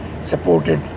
supported